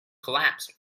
collapsed